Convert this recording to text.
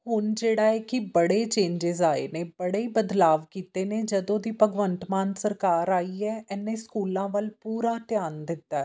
ਹੁਣ ਜਿਹੜਾ ਹੈ ਕਿ ਬੜੇ ਚੇਂਜਿਸ ਆਏ ਨੇ ਬੜੇ ਹੀ ਬਦਲਾਅ ਕੀਤੇ ਨੇ ਜਦੋਂ ਦੀ ਭਗਵੰਤ ਮਾਨ ਸਰਕਾਰ ਆਈ ਹੈ ਇਹਨੇ ਸਕੂਲਾਂ ਵੱਲ ਪੂਰਾ ਧਿਆਨ ਦਿੱਤਾ